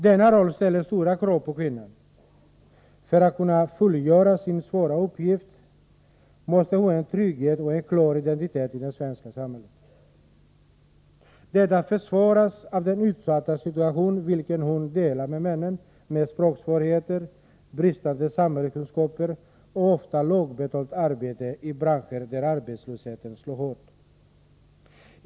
Denna roll ställer stora krav på invandrarkvinnan. För att kunna fullgöra sin svåra uppgift måste hon ha en trygghet och en klar identitet i det svenska samhället. Detta försvåras av den utsatta situation vilken hon delar med männen, med språksvårigheter, bristande samhällskunskaper och ofta lågbetalt arbete i branscher där arbetslösheten slår hårt.